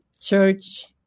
church